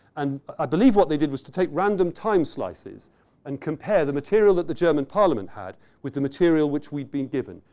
and i believe what they did was to take random time slices and compare the material that the german parliament had with the material which we'd been given.